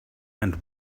and